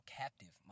captive